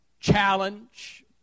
challenge